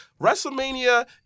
WrestleMania